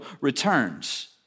returns